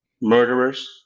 murderers